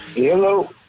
Hello